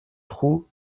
trou